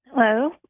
Hello